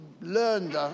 learned